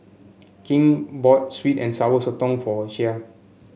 King bought sweet and Sour Sotong for Shea